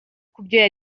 kubyo